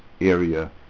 area